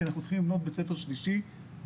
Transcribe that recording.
כי אנחנו צריכים לבנות בית ספר שלישי בקרוב